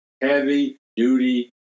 heavy-duty